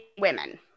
women